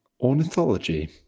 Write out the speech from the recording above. ornithology